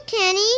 Kenny